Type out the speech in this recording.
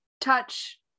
touch